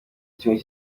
kimwe